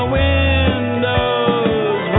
windows